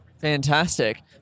Fantastic